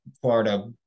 Florida